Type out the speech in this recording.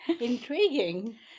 Intriguing